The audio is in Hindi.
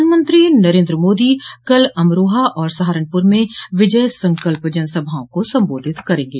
प्रधानमंत्री नरेन्द्र मोदी कल अमरोहा और सहारनपुर में विजय संकल्प जनसभाओं को संबोधित करेंगे